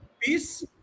peace